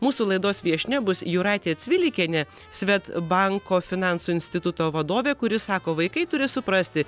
mūsų laidos viešnia bus jūratė cvilikienė svedbanko finansų instituto vadovė kuri sako vaikai turi suprasti